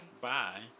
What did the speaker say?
Bye